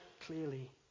clearly